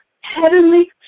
Heavenly